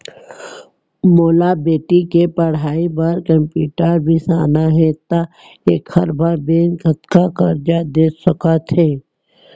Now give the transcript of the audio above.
मोला बेटी के पढ़ई बार कम्प्यूटर बिसाना हे त का एखर बर बैंक कतका करजा दे सकत हे?